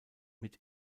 mit